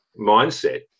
mindset